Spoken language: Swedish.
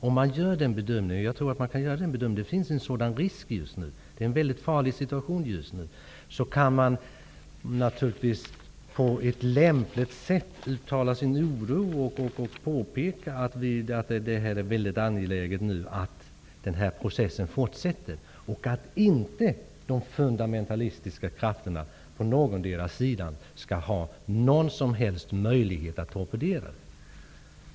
Om man gör denna bedömning, vilket jag tror att man kan göra eftersom det just nu finns en sådan risk i den farliga situation som nu råder, kan man naturligtvis på ett lämpligt sätt uttala sin oro och påpeka att det nu är väldigt angeläget att processen fortsätter och att inte de fundamentalistiska krafterna på någondera sida skall ha någon som helst möjlighet att torpedera den.